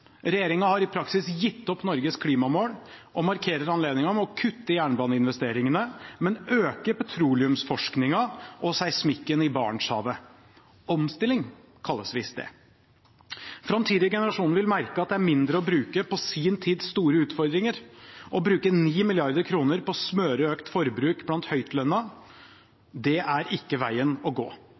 har i praksis gitt opp Norges klimamål og markerer anledningen med å kutte i jernbaneinvesteringene, men øke petroleumsforskningen og seismikken i Barentshavet. Omstilling kalles visst det. Framtidige generasjoner vil merke at det er mindre å bruke på sin tids store utfordringer. Å bruke 9 mrd. kr på å smøre økt forbruk blant høytlønnede er ikke veien å gå.